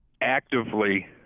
actively